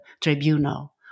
tribunal